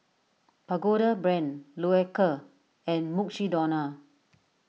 Pagoda Brand Loacker and Mukshidonna